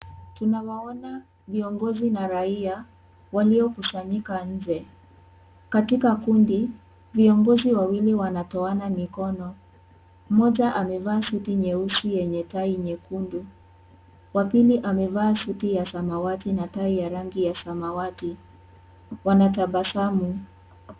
Tunawaona viongozi na raia waliokusanyika nje katika kundi viongozi wawili wanatoana mikono moja amevaa suti nyeusi yenye tai nyekundu wa pili amevaa suti ya samawati na tai ya rangi ya samawati wanatabasamu.